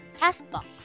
Castbox